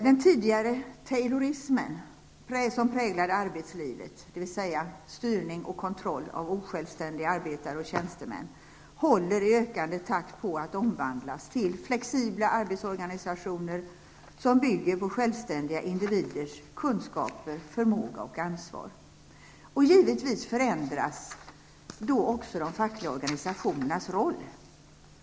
Den tidigare taylorismen som präglade arbetslivet, dvs. styrning och kontroll av osjälvständiga arbetare och tjänstemän, håller i ökande takt på att omvandlas till flexibla arbetsorganisationer som bygger på självständiga individers kunskaper, förmåga och ansvar. Givetvis förändras härigenom också de fackliga organisationernas roll.